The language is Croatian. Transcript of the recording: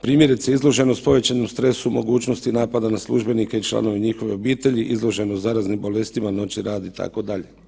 Primjerice izloženost povećanom stresu mogućnosti napada na službenike i članove njihove obitelji, izloženost zaraznim bolestima, noćni rad itd.